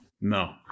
No